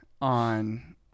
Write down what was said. on